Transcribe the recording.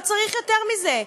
לא צריך יותר מזה,